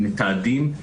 מתעדים,